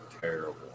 terrible